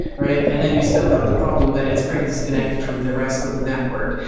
right? and then you still got the problem that it's pretty disconnected from the rest of the network.